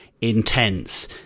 intense